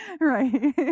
Right